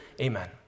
Amen